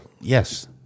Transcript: Yes